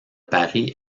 paris